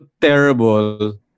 terrible